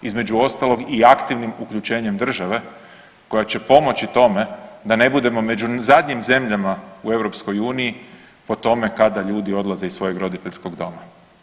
Između ostalog i aktivnim uključenjem države koja će pomoći tome da ne budemo među zadnjim zemljama u EU po tome kada ljudi odlaze iz svojeg roditeljskog doma.